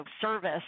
service